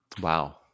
Wow